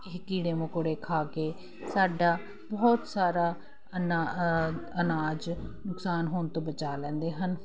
ਇਹ ਕੀੜੇ ਮਕੌੜੇ ਖਾ ਕੇ ਸਾਡਾ ਬਹੁਤ ਸਾਰਾ ਅਨਾਜ ਨੁਕਸਾਨ ਹੋਣ ਤੋਂ ਬਚਾ ਲੈਂਦੇ ਹਨ